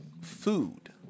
food